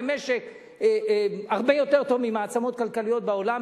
משק הרבה יותר טוב ממעצמות כלכליות בעולם,